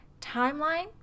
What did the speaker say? timeline